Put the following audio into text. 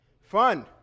Fun